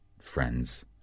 friends